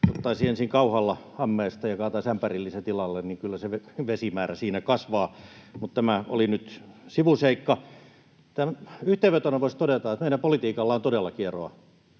ottaisi ensin kauhalla ammeesta ja kaataisi ämpärillisen tilalle. Kyllä se vesimäärä siinä kasvaa. Mutta tämä oli nyt sivuseikka. Yhteenvetona voisi todeta, että meidän politiikalla on todellakin eroa.